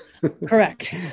Correct